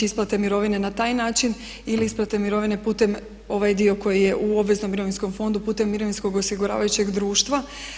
isplate mirovine na taj način ili isplate mirovine putem ovaj dio koji je u obveznom mirovinskom fondu putem mirovinskog osiguravajućeg društva.